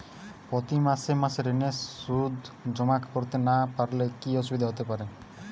প্রতি মাসে মাসে ঋণের সুদ জমা করতে না পারলে কি অসুবিধা হতে পারে?